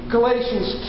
Galatians